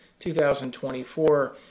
2024